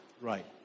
Right